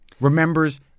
Remembers